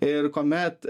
ir kuomet